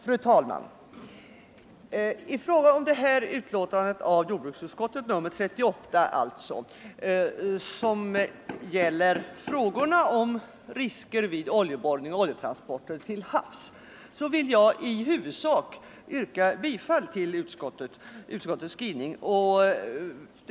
Nr 129 Fru talman! I fråga om detta betänkande av jordbruksutskottet, nr 38, Onsdagen den som gäller risker vid oljeborrning och oljetransporter till havs vill jag 27 november 1974 i huvudsak yrka bifall till utskottets hemställan.